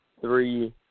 three